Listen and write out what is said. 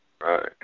Right